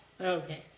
Okay